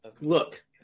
look